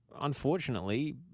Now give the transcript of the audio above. unfortunately